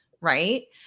Right